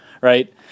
right